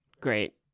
Great